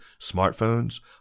smartphones